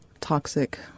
toxic